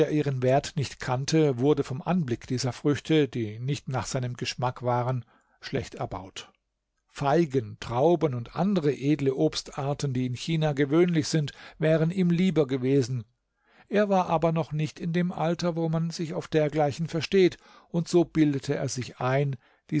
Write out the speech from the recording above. ihren wert nicht kannte wurde vom anblick dieser früchte die nicht nach seinem geschmack waren schlecht erbaut feigen trauben und andere edle obstarten die in china gewöhnlich sind wären ihm lieber gewesen er war aber noch nicht in dem alter wo man sich auf dergleichen versteht und so bildete er sich ein